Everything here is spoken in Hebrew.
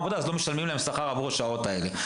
עבודה ולא משלמים להם על השעות האלה.